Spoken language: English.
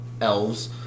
elves